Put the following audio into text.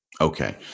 Okay